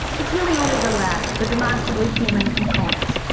it's really only the latter, the demonstrably human component,